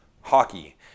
Hockey